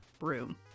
room